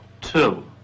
two